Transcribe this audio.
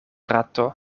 rato